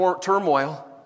turmoil